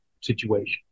situation